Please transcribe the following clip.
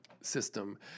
system